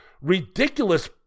ridiculous